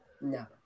No